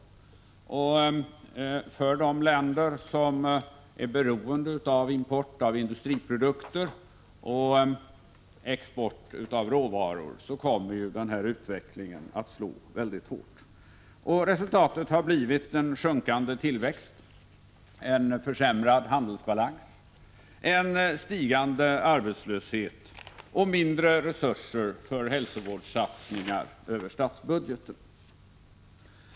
För de länder som är beroende av import av industriprodukter och export av råvaror kommer denna prisutveckling att slå mycket hårt. Resultatet har blivit en sjunkande tillväxt, en försämrad handelsbalans, en stigande arbetslöshet och mindre resurser för hälsovårdssatsningar över statsbudgeten.